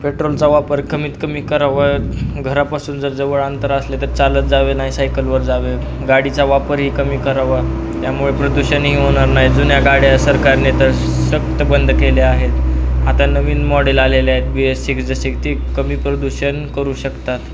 पेट्रोलचा वापर कमीत कमी करावं घरापासून जर जवळ अंतर असले तर चालत जावे नाही सायकलवर जावे गाडीचा वापरही कमी करावा त्यामुळे प्रदूषणही होणार नाही जुन्या गाड्या सरकारने तर सक्त बंद केल्या आहेत आता नवीन मॉडेल आलेले आहेतत बी एस सी सजस ते कमी प्रदूषण करू शकतात